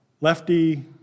lefty